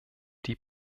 die